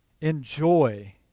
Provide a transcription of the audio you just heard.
enjoy